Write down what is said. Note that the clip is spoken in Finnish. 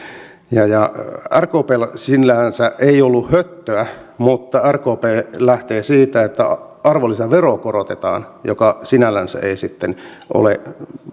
rkpllä sinällänsä ei ollut höttöä mutta rkp lähtee siitä että arvonlisäveroa korotetaan mikä sinällänsä ei sitten ole ainakaan